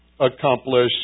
accomplish